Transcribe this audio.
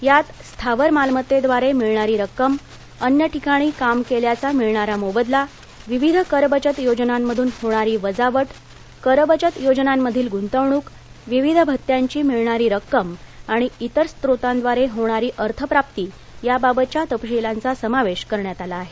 यात स्थावर मालमत्तेद्वारे मिळणारी रक्कम अन्य ठिकाणी काम केल्याचा मिळणारा मोबदला विविध करबचत योजनांमधून होणारी वजावट करबचत योजनांमधील गुंतवणूक विविध भत्यांची मिळणारी रक्कम आणि इतर स्त्रोतांद्वारे होणारी अर्थप्राप्ती याबातच्या तपशीलांचा समावेश करण्यात आला आहे